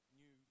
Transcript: new